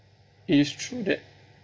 it is true that